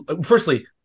firstly